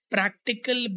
Practical